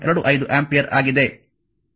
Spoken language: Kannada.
25 ಆಂಪಿಯರ್ ಆಗಿದೆ